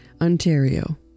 Ontario